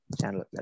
channel